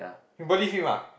you believe him ah